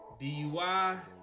DUI